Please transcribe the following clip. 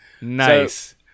Nice